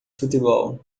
futebol